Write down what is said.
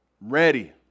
ready